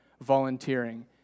volunteering